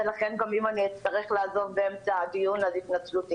ואם אצטרך לעזוב באמצע הדיון,